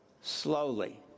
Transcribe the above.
slowly